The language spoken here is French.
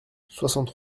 soixante